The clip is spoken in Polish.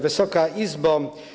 Wysoka Izbo!